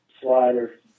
slider